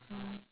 mm